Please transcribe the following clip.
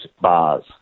bars